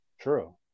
True